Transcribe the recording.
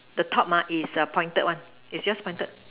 the top ah is pointed one is just pointed